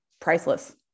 priceless